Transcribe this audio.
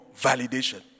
validation